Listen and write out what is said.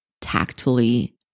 tactfully